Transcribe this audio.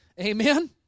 Amen